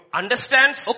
understands